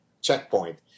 checkpoint